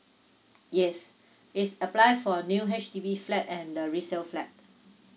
yes is apply for new H_D_B flat and the resale flat